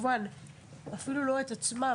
אפילו לא את עצמם,